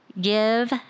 give